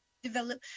develop